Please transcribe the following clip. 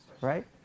right